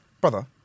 brother